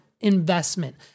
investment